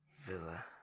Villa